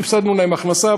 גרמנו להם הפסד הכנסה,